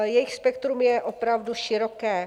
Jejich spektrum je opravdu široké.